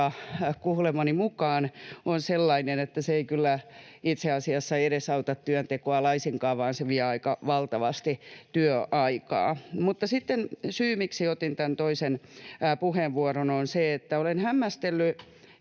joka kuulemani mukaan on sellainen, että se ei kyllä itse asiassa edesauta työntekoa laisinkaan vaan se vie aika valtavasti työaikaa. Sitten syy, miksi otin tämän toisen puheenvuoron, on se, että olen hämmästellyt,